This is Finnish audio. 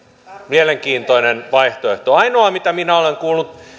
mielenkiintoinen vaihtoehto ainoa mitä minä olen kuullut